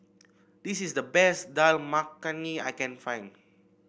this is the best Dal Makhani I can find